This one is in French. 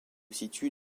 situe